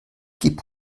gib